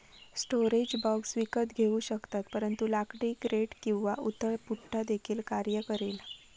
storage box विकत घेऊ शकतात परंतु लाकडी क्रेट किंवा उथळ पुठ्ठा देखील कार्य करेल